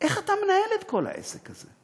איך אתה מנהל את כל העסק הזה.